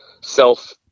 self